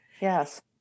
Yes